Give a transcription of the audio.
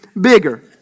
bigger